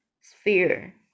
sphere